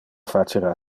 facera